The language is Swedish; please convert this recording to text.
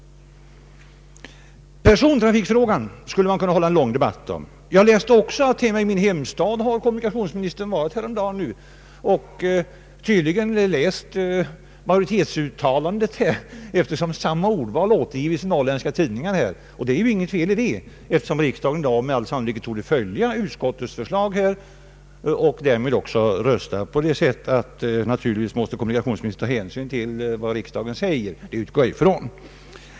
Man skulle kunna föra en lång debatt om persontrafiken. Jag läste att kommunikationsministern varit i min hemstad häromdagen och tydligen läst majoritetsuttalandet, eftersom samma ordval återgivits i de norrländska tidningarna. Det är ju inget fel i det, enär riksdagen med all sannolikhet torde följa utskottets förslag och därmed också rösta på det sättet. Men naturligtvis måste kommunikationsministern ta hänsyn till vad riksdagen säger, det utgår jag ifrån.